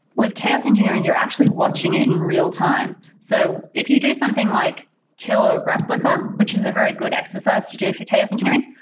with chaos engineering, you're actually watching it in real time. so if you do something like kill a replica, which is a very good exercise to do for chaos engineering,